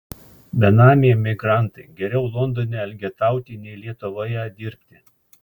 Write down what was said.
benamiai emigrantai geriau londone elgetauti nei lietuvoje dirbti